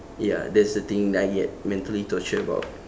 ya that's the thing I get mentally tortured about